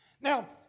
Now